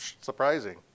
surprising